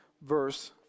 verse